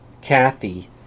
Kathy